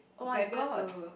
Vegas to